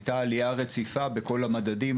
הייתה עלייה רציפה בכל המדדים,